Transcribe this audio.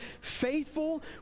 faithful